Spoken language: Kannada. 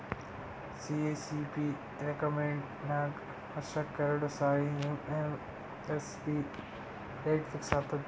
ಸಿ.ಎ.ಸಿ.ಪಿ ರೆಕಮೆಂಡ್ ಮ್ಯಾಗ್ ವರ್ಷಕ್ಕ್ ಎರಡು ಸಾರಿ ಎಮ್.ಎಸ್.ಪಿ ರೇಟ್ ಫಿಕ್ಸ್ ಆತದ್